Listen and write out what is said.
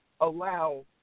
Allow